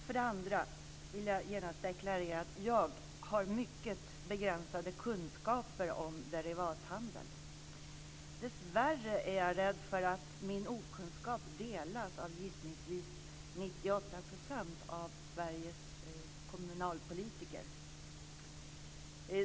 För det andra vill jag genast deklarera att jag har mycket begränsade kunskaper om derivathandel. Dessvärre är jag rädd för att min okunskap delas av gissningsvis 98 % av Sveriges kommunalpolitiker.